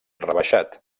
rebaixat